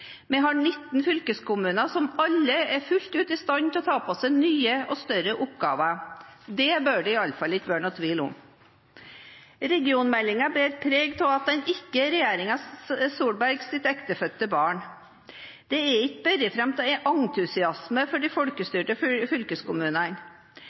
Vi har 19 fylkeskommuner, som alle er fullt ut i stand til å ta på seg nye og større oppgaver. Det bør det iallfall ikke være noen tvil om. Regionmeldingen bærer preg av at den ikke er regjeringen Solbergs ektefødte barn. Den er ikke båret fram av entusiasme for de